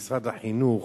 משרד החינוך,